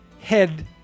head